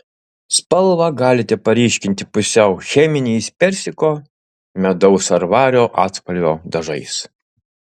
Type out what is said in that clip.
spalvą galite paryškinti pusiau cheminiais persiko medaus ar vario atspalvio dažais